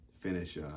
finish